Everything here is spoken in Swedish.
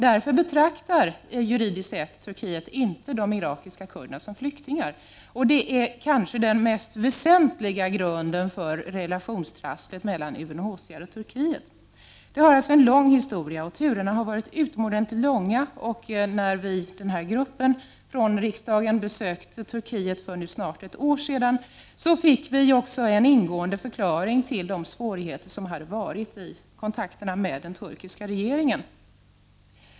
Därför betraktar Turkiet juridiskt sett inte de irakiska kurderna som flyktingar, och detta är kanske den mest väsentliga grunden till relationstrasslet mellan UNHCR och Turkiet. Detta har alltså en lång historia, och turerna har varit många. När gruppen från riksdagen besökte Turkiet för nu snart ett år sedan, fick vi också en ingående förklaring till de svårigheter som hade funnits i kontakterna med den turkiska regeringen.